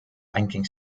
banking